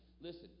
Listen